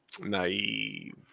Naive